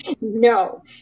no